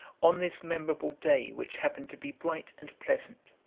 on this memorable day, which happened to be bright and pleasant,